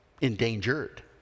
endangered